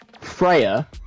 Freya